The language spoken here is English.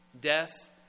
Death